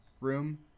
room